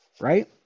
right